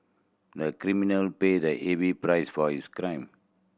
the criminal paid a heavy price for his crime